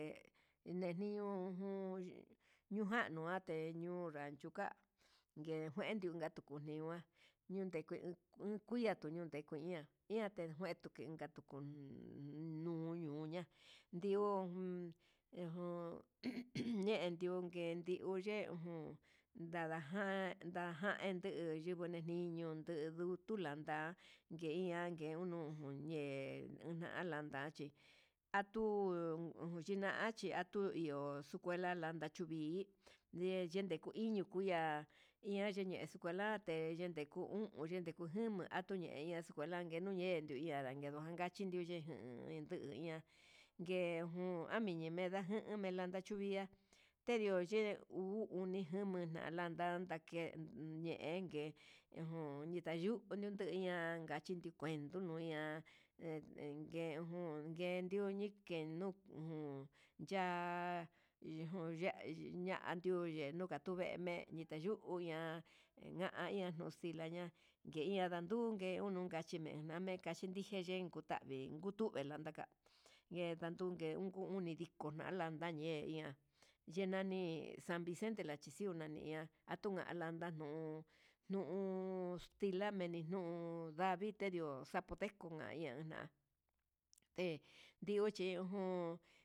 He neni iun jun unjande ndeñua chuka'a nguejendio kuchachuma'a ñuikue ian kuñoté kuian nakuennguetu inka tuku, nunuya ndidu ejun ñendiunke ye ndejun nadajan na'a ndende iho yinguini nde yiunduu, tulanda ngueian ngue ujun ye'e ujan landa chí atu chinachi atu iho xukuera landa chuvii ndeyende chukuenu ihan, iha yene escuela te yende ku uun yende ku uun este jeme tuneya escuela kenuu ye'e nunguiera manga chiye'e, niduña ngue jun aminingueda jun amelanda chuu iha teyuu chi uu oni ndama nalanda ke'e ñe'e engue ujun nditayutu yiña kachi ni kuento yuña'a he enke ujun nguendio kenu'u uu ya'a yaña'a nduye atuyeme ñitayuña engaña nuu xila ña'a ngue inka ndungue uno ndikachime ndikachi ndike yentavii jutuve inngaka, nguetungue unidiko na'a na landa ngue ian ye nani san vicente lachinxiu nani na atu alanda nuu nu'u meni extila mininuu ndavii ndio zapoteca ñanja té ndio che'e jun.